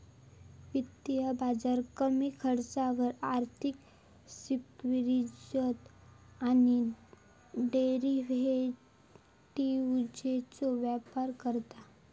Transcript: वित्तीय बाजार कमी खर्चावर आर्थिक सिक्युरिटीज आणि डेरिव्हेटिवजचो व्यापार करता